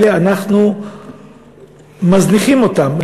אנחנו מזניחים אותם,